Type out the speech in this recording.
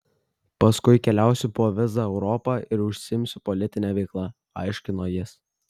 paskui keliausiu po vizą europą ir užsiimsiu politine veikla aiškino jis